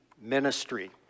ministry